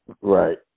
right